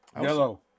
Yellow